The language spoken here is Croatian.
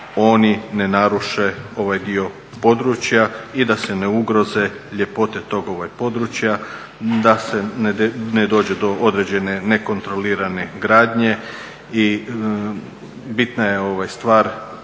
oni ne naruše ovaj dio područja i da se ne ugroze ljepote tog područja, da ne dođe do određene nekontrolirane gradnje. I bitna je stvar